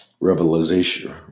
revelation